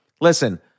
listen